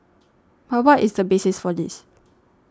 but what is the basis for this